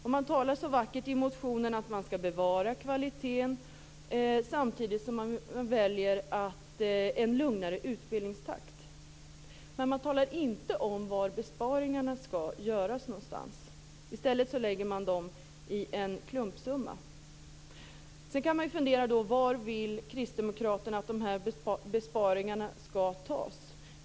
De talar så vackert i motionerna om att kvaliteten skall bevaras samtidigt som en lugnare utbildningstakt väljs. Men de talar inte om var besparingarna skall göras. I stället anger man besparingarna i en klumpsumma. Man kan fundera över var Kristdemokraterna vill att besparingarna skall göras.